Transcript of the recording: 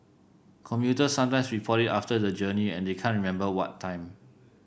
commuters sometime report it after the journey and they can't remember what time